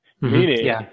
meaning